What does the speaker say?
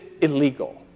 illegal